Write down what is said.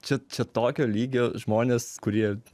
čia čia čia tokio lygio žmonės kurie